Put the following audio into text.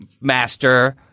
master